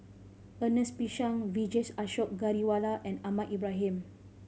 Ernest P Shank Vijesh Ashok Ghariwala and Ahmad Ibrahim